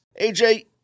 AJ